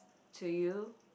to you